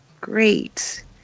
great